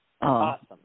Awesome